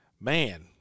man